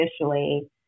officially